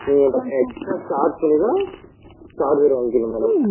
நீங்கள் எங்கள்கிட்ட extra charge பண்ணி தான் சார்ஜர் வாங்கிக்கணும் மேடம்